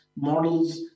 models